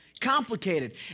complicated